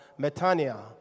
Metania